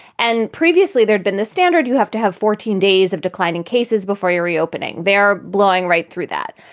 and previously, there'd been the standard you have to have fourteen days of decline in cases before you're reopening there, blowing right through that.